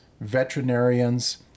veterinarians